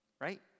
Right